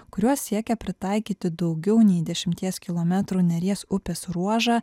kuriuo siekia pritaikyti daugiau nei dešimties kilometrų neries upės ruožą